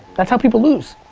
that's how people lose.